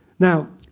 now,